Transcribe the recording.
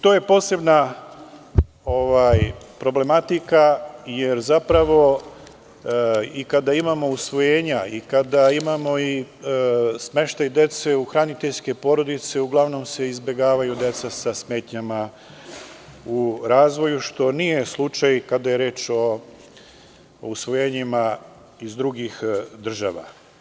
To je posebna problematika jer i kada imamo usvojenja i kada imamo smeštaj dece u hraniteljske porodice uglavnom se izbegavaju deca sa smetnjama u razvoju, što nije slučaj kada je reč o usvojenjima iz drugih država.